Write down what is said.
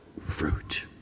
fruit